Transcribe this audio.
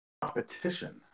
competition